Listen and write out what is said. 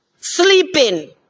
sleeping